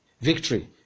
victory